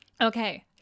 okay